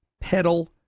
pedal